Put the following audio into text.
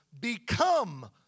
become